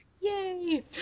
Yay